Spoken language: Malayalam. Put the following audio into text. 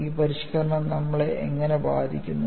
ഈ പരിഷ്ക്കരണം നമ്മളെ എങ്ങനെ ബാധിക്കുന്നു